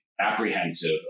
apprehensive